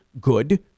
good